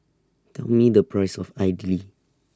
Tell Me The Price of Idly